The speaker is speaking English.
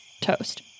toast